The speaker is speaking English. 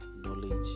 knowledge